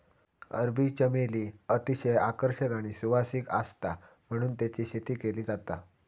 अरबी चमेली अतिशय आकर्षक आणि सुवासिक आसता म्हणून तेची शेती केली जाता